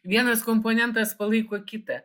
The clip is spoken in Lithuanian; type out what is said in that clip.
vienas komponentas palaiko kitą